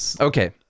Okay